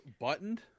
buttoned